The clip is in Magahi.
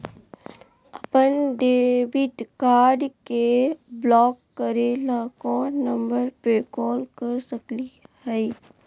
अपन डेबिट कार्ड के ब्लॉक करे ला कौन नंबर पे कॉल कर सकली हई?